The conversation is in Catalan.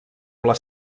les